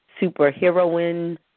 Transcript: superheroine